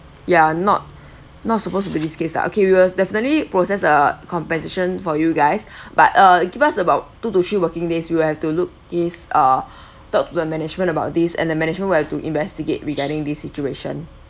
ya not not supposed to be this case ah okay we will definitely process uh compensation for you guys but uh give us about two to three working days we have to look is uh talk to the management about these and the management will have to investigate regarding the situation